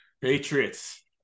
Patriots